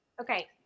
Okay